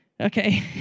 okay